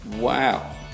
Wow